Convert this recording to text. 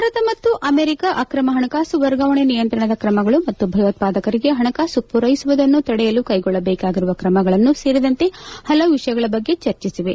ಭಾರತ ಮತ್ತು ಅಮೆರಿಕ ಅಕ್ರಮ ಪಣಕಾಸು ವರ್ಗಾವಣೆ ನಿಯಂತ್ರಣದ ಕ್ರಮಗಳು ಮತ್ತು ಭಯೋತ್ಪಾದಕರಿಗೆ ಪಣಕಾಸು ಪೂರ್ಸೆಸುವುದನ್ನು ತಡೆಯಲು ಕೈಗೊಳ್ಟಬೇಕಾಗಿರುವ ಕ್ರಮಗಳನ್ನೂ ಸೇರಿದಂತೆ ಹಲವು ವಿಷಯಗಳ ಬಗ್ಗೆ ಚರ್ಚಿಸಿವೆ